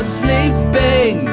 sleeping